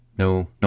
No